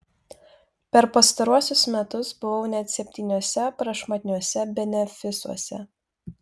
per pastaruosius metus buvau net septyniuose prašmatniuose benefisuose